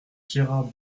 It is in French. gérard